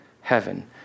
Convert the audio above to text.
heaven